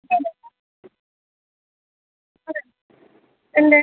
hello അതെ എന്തേ